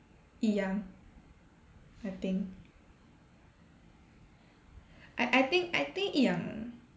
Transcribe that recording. Yi Yang I think I I think I think Yi Yang